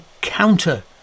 counter